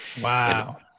Wow